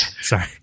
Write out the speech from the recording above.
Sorry